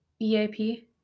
EAP